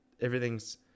everything's